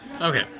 Okay